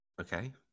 okay